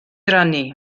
rannu